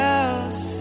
else